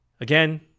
Again